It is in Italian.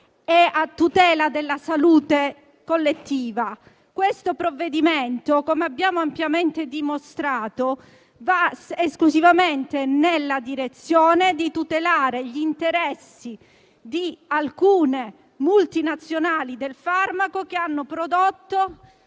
e a tutela della salute collettiva. Questo provvedimento, come abbiamo ampiamente dimostrato, va esclusivamente nella direzione di tutelare gli interessi di alcune multinazionali del farmaco, che hanno prodotto